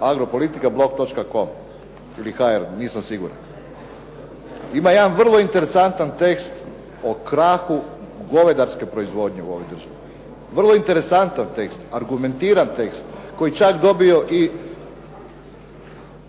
agropolitikablog.com. ili hr., nisam siguran, ima jedan vrlo interesantan tekst o krahu govedarske proizvodnje u ovoj državi, vrlo interesantan tekst, argumentiran tekst koji je čak dobio i